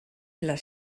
les